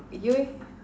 you